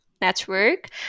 Network